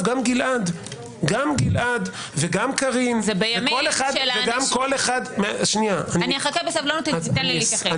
גם גלעד וגם קארין וגם- -- אחכה בסבלנות אם תיתן לי להתייחס.